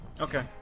Okay